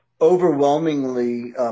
overwhelmingly